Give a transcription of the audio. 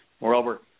Moreover